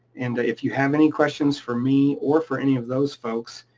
and if you have any questions for me or for any of those folks,